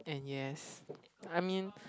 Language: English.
and yes I mean